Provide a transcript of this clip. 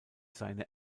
seine